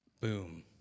Boom